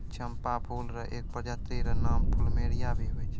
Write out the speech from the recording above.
चंपा फूल र एक प्रजाति र नाम प्लूमेरिया भी होय छै